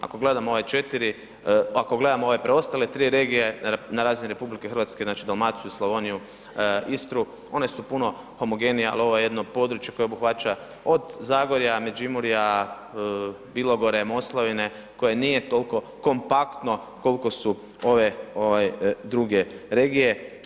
Ako gledamo ovaj 4, ako gledamo ove preostale 3 regije na razini RH, znači Dalmaciju, Slavoniju, Istru one su puno homogenije, al ovo je jedno područje koje obuhvaća od Zagorja, Međimurja, Bilogore, Moslavine koje nije tolko kompaktno kolko su ove ovaj druge regije.